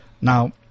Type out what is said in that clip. Now